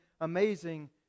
amazing